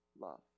love